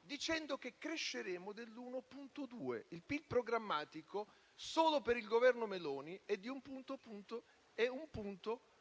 - dicendo che cresceremo dell'1,2 per cento. Il PIL programmatico, solo per il Governo Meloni, è dell'1,2 per cento.